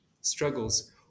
struggles